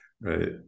Right